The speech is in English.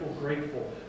grateful